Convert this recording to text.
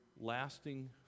lasting